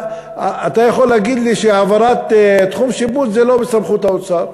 אתה יכול להגיד לי שהעברת תחום שיפוט זה לא בסמכות האוצר,